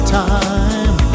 time